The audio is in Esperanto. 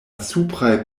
supraj